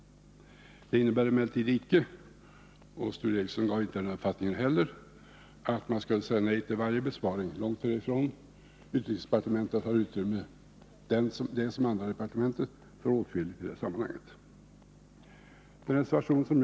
Det innebär emellertid icke — Sture Ericson gav inte uttryck för den uppfattningen heller — att man skall säga nej till varje besparing — långt därifrån. Utrikesdepartementet har som andra departement utrymme för åtskilligt i det sammanhanget.